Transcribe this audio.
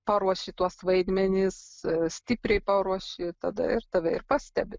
paruoši tuos vaidmenis stipriai paruoši tada ir tave ir pastebi